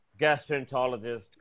gastroenterologist